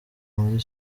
muri